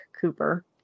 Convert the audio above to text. Cooper